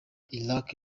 iraq